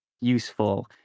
useful